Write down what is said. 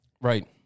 Right